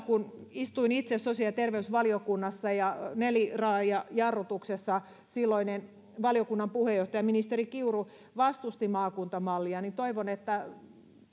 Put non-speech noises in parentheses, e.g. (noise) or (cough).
(unintelligible) kun istuin itse sosiaali ja terveysvaliokunnassa niin neliraajajarrutuksessa silloinen valiokunnan puheenjohtaja ministeri kiuru vastusti maakuntamallia ja toivon että